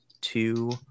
two